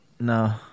No